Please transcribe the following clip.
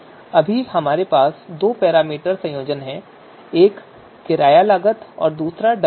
अभी हमारे पास दो पैरामीटर संयोजन हैं एक किराया लागत है और दूसरा डमी है